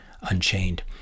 Unchained